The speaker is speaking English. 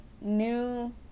new